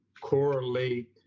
correlate